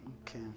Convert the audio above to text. Okay